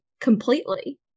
completely